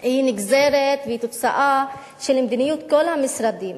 היא נגזרת והיא תוצאה של מדיניות כל המשרדים,